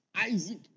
Isaac